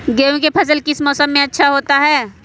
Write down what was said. गेंहू का फसल किस मौसम में अच्छा होता है?